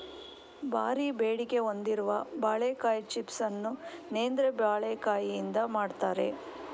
ಭಾರೀ ಬೇಡಿಕೆ ಹೊಂದಿರುವ ಬಾಳೆಕಾಯಿ ಚಿಪ್ಸ್ ಅನ್ನು ನೇಂದ್ರ ಬಾಳೆಕಾಯಿಯಿಂದ ಮಾಡ್ತಾರೆ